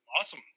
Awesome